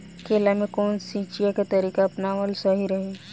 केला में कवन सिचीया के तरिका अपनावल सही रही?